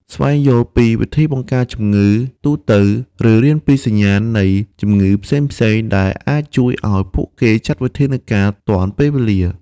ស្វែងយល់ពីវិធីបង្ការជំងឺ ទូទៅ ឬរៀនពីសញ្ញាណនៃជំងឺផ្សេងៗ ដែលអាចជួយឲ្យពួកគេចាត់វិធានការទាន់ពេលវេលា។